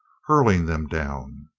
hurling them down.